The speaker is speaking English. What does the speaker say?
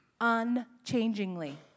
unchangingly